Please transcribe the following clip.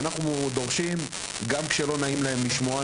אנחנו דורשים גם כשלא נעים להם לשמוע,